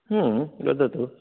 वदतु